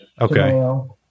okay